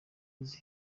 nzi